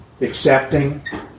accepting